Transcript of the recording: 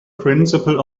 principle